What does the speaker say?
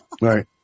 right